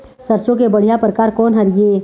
सरसों के बढ़िया परकार कोन हर ये?